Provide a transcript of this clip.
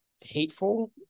hateful